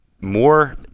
more